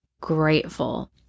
grateful